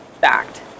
fact